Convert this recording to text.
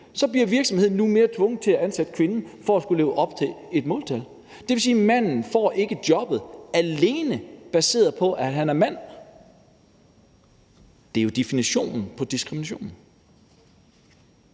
så bliver virksomheden nu mere tvunget til at ansætte kvinden for at kunne leve op til et måltal. Det vil sige, at manden ikke får jobbet alene baseret på, at han er mand. Det er jo definitionen på diskrimination.